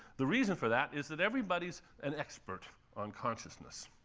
the reason for that is that everybody's an expert on consciousness.